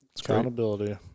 Accountability